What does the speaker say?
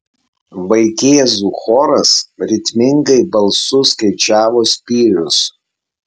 vaikėzų choras ritmingai balsu skaičiavo spyrius